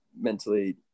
mentally